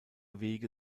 wege